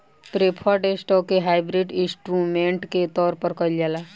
preferred stock के hybrid instrument के तौर पर कइल जाला